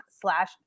slash